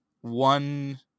one